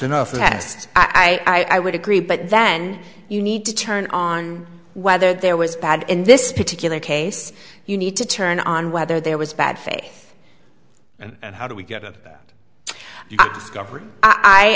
test i would agree but then you need to turn on whether there was bad in this particular case you need to turn on whether there was bad faith and how do we get it i